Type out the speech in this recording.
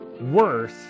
worse